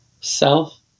self